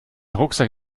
rucksack